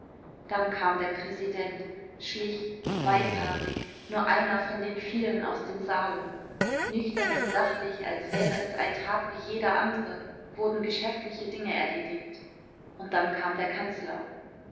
dann kam der präsident schlicht weißhaarig nur einer von den vielen aus dem saale nüchtern und sachlich als wäre es ein tag wie jeder andere wurden geschäftliche dinge erledigt und dann kam der kanzler